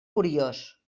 curiós